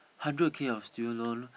hundreds of k of students loan